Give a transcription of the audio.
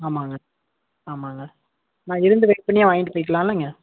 ஆமாங்க ஆமாங்க நான் இருந்து வெயிட் பண்ணியே வாங்கிகிட்டு போய்கலாம்லங்க